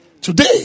today